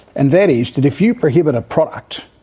and that is that if you prohibit a product,